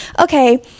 okay